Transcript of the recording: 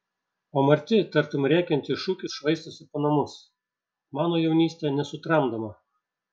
o marti tartum rėkiantis šūkis švaistosi po namus mano jaunystė nesutramdoma